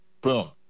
boom